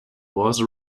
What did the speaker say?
was